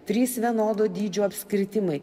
trys vienodo dydžio apskritimai